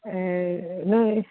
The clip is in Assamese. এই নই